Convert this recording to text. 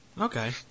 Okay